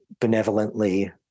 benevolently